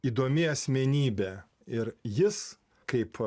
įdomi asmenybė ir jis kaip